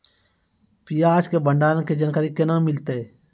प्याज के भंडारण के जानकारी केना मिलतै?